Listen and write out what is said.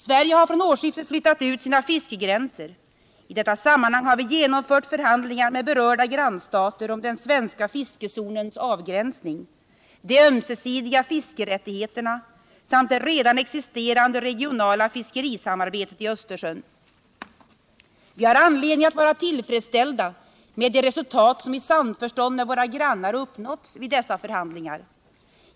Sverige har från årsskiftet flyttat ut sina fiskegränser. I detta sammanhang har vi genomfört förhandlingar med berörda grannstater om den svenska fiskezonens avgränsning, de ömsesidiga fiskerättigheterna samt det redan existerande regionala fiskerisamarbetet i Östersjön. Vi har anledning att vara tillfredsställda med de resultat som i samförstånd med våra grannar uppnåtts vid dessa förhandlingar.